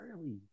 early